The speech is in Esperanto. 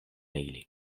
ili